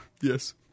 Yes